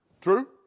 True